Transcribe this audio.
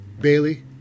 Bailey